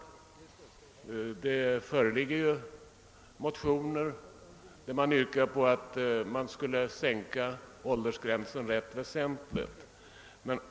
Det föreligger motioner med yrkande om att åldersgränsen skall sänkas rätt avsevärt.